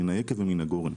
מן היקב ומן הגורן.